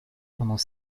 pendant